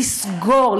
לסגור,